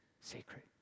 secret